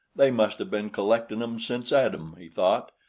they must have been collectin' em since adam, he thought,